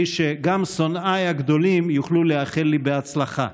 שגם שונאיי הגדולים יוכלו לאחל לי הצלחה.